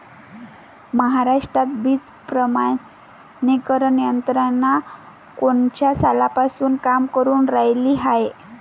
महाराष्ट्रात बीज प्रमानीकरण यंत्रना कोनच्या सालापासून काम करुन रायली हाये?